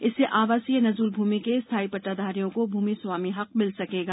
इससे आवासीय नजूल भूमि के स्थाई पट्टाधारियों को भूमिस्वामी हक मिल सकेगा